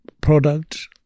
product